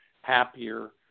happier